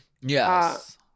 yes